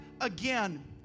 again